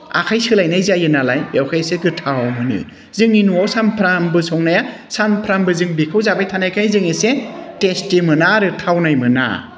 आखाइ सोलायनाय जायो नालाय बेनिखायसो गोथाव मोनो जोंनि न'आव सानफ्रोमबो संनाया सानफ्रोमबो जों बेखौ जाबाय थानायखाय जों एसे टेस्टि मोना आरो थावनाय मोना